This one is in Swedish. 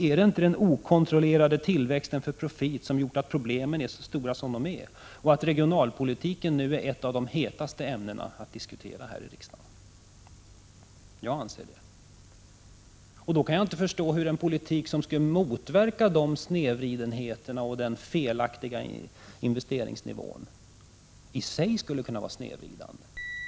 Är det inte den okontrollerade tillväxten för profit som gjort att problemen är så stora som de är och att regionalpolitiken nu är ett av de hetaste ämnena att diskutera här i riksdagen? Jag anser det. Och då kan jag inte förstå hur en politik som skulle motverka snedvridningarna och den felaktiga investeringsnivån i sig skulle kunna vara snedvridande.